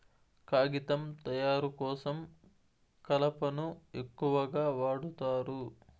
కాగితం తయారు కోసం కలపను ఎక్కువగా వాడుతారు